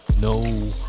No